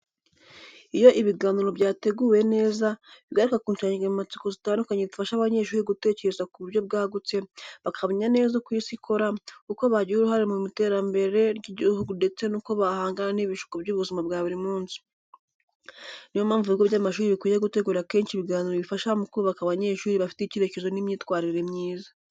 Iyo ibiganiro byateguwe neza, bigaruka ku nsanganyamatsiko zitandukanye zifasha abanyeshuri gutekereza ku buryo bwagutse, bakamenya neza uko isi ikora, uko bagira uruhare mu iterambere ry’igihugu ndetse n’uko bahangana n’ibishuko by’ubuzima bwa buri munsi. Ni yo mpamvu ibigo by’amashuri bikwiye gutegura kenshi ibiganiro bifasha mu kubaka abanyeshuri bafite icyerekezo n’imyitwarire myiza.